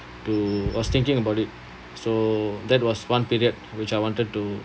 to was thinking about it so that was one period which I wanted to